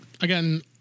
again